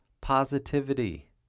positivity